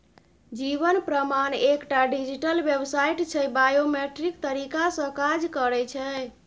जीबन प्रमाण एकटा डिजीटल बेबसाइट छै बायोमेट्रिक तरीका सँ काज करय छै